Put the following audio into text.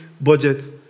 budget